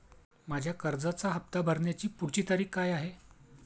माझ्या कर्जाचा हफ्ता भरण्याची पुढची तारीख काय आहे?